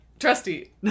Trusty